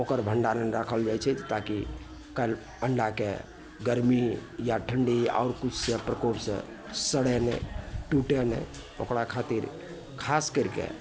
ओकर भंडारण राखल जाइ छै ताकि अंडाके गरमी या ठंडी आओर किछु से प्रकोप से सड़य नहि टूटय नहि ओकरा खातिर खास करिके